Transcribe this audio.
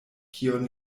kion